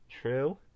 True